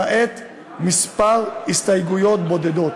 למעט כמה הסתייגויות בודדות.